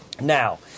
Now